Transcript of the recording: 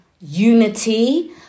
unity